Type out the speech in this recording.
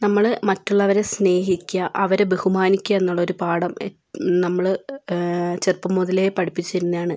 നമ്മള് മറ്റുള്ളവരേ സ്നേഹിക്കുക അവരെ ബഹുമാനിക്കുക എന്നുള്ള ഒരു പാഠം നമ്മള് ചെറുപ്പം മുതലേ പഠിപ്പിച്ചിരുന്നതാണ്